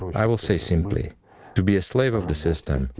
i will say simply to be a slave of the system,